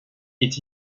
est